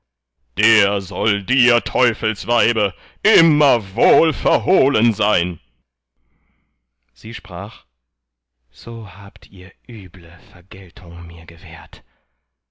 der soll dir teufelsweibe immer wohl verhohlen sein sie sprach so habt ihr üble vergeltung mir gewährt